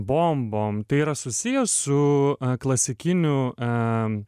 bombom tai yra susiję su klasikiniu a